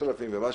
זה 5,000 ומשהו